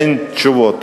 אין תשובות.